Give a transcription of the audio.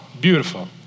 beautiful